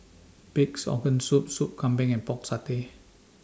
Pig'S Organ Soup Soup Kambing and Pork Satay